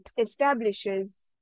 establishes